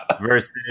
versus